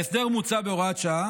ההסדר מוצע כהוראת שעה